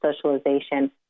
socialization